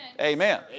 Amen